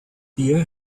beer